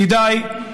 "ידידיי,